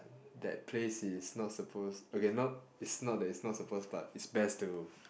that place is not supposed okay not it's not that it's not supposed but it's best to